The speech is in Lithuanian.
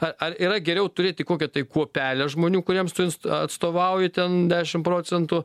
ar ar yra geriau turėti kokią tai kuopelę žmonių kuriems tu ats atstovauji ten dešimt procentų